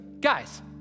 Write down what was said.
guys